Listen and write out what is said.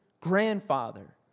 grandfather